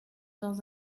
dans